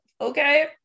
Okay